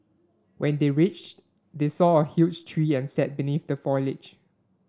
when they reached they saw a huge tree and sat beneath the foliage